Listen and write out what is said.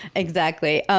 exactly. ah